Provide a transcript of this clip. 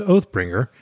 Oathbringer